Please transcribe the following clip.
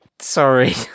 Sorry